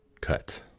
cut